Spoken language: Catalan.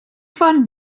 fan